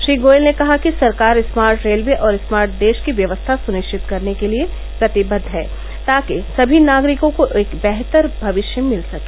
श्री गोयल ने कहा कि सरकार स्मार्ट रेलवे और स्मार्ट देश की व्यवस्था सुनिश्चित करने के लिए प्रतिबद्ध है ताकि सभी नागरिकों को एक बेहतर भविष्य मिल सके